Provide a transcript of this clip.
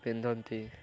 ପିନ୍ଧନ୍ତି